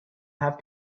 have